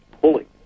pulling